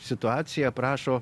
situaciją aprašo